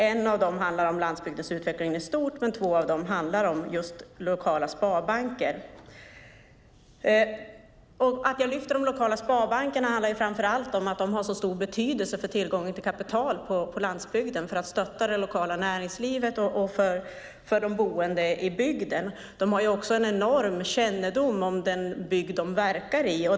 En handlar om landsbygdens utveckling i stort, två handlar om lokala sparbanker. Att jag lyfter fram de lokala sparbankerna beror framför allt på att de har så stor betydelse för tillgången till kapital på landsbygden, för att stötta det lokala näringslivet och för de boende i bygden. De har också en enorm kännedom om den bygd de verkar i.